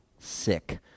Sick